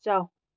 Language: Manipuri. ꯆꯥꯎ